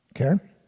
okay